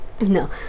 No